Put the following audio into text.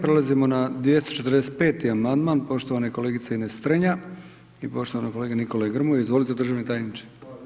Prelazimo na 245. amandman poštovane kolegice Ines Strenja i poštovanog kolege Nikole Grmoje, izvolite državni tajniče.